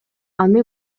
аны